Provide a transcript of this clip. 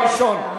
סגן שר האוצר.